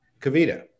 Kavita